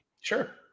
Sure